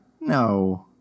No